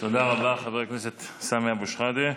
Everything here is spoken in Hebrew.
תודה רבה, חבר הכנסת סמי אבו שחאדה.